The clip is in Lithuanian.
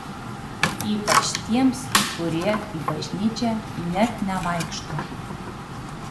ypač tiems kurie į bažnyčią net nevaikšto